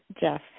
Jeff